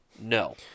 No